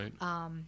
Right